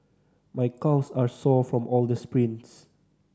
my calves are sore from all the sprints